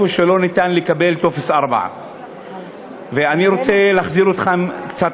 במקומות שאין אפשרות לקבל טופס 4. אני רוצה להחזיר אתכם קצת